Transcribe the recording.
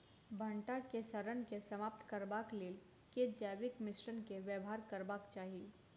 भंटा केँ सड़न केँ समाप्त करबाक लेल केँ जैविक मिश्रण केँ व्यवहार करबाक चाहि?